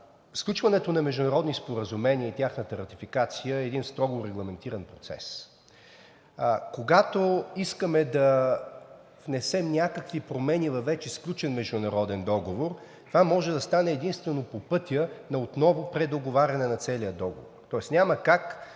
Сключването на международни споразумения и тяхната ратификация е един строго регламентиран процес. Когато искаме да внесем някакви промени във вече сключен международен договор, това може да стане единствено по пътя на отново предоговаряне на целия договор,